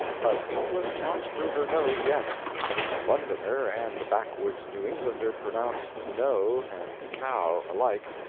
but england talks through her nose yet the londoner and the backwoods new-englander pronounce know and cow alike,